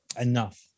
enough